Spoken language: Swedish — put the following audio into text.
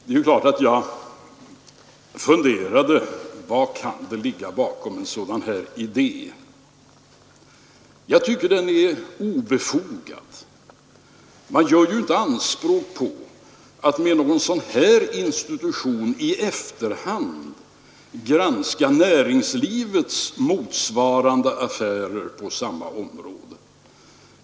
Det är klart att jag funderade på vad som kunde ligga bakom en sådan idé. Jag tycker den är obefogad. Man gör inte anspråk på att med någon sådan här institution i efterhand få granska näringslivets motsvarande affärer på samma område.